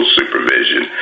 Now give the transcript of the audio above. supervision